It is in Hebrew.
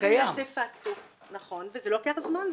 יש חוק ויש דה-פקטו, נכון, וזה לוקח זמן.